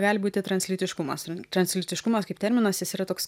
gali būti translytiškumas translytiškumas kaip terminas jis yra toks